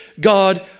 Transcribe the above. God